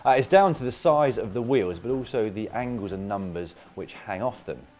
is down to the size of the wheels, but also the angles and numbers which hang off them.